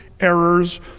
errors